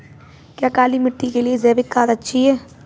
क्या काली मिट्टी के लिए जैविक खाद अच्छी है?